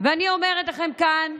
ואני אומרת לכם כאן: